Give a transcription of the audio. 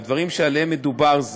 הדברים שבהם מדובר,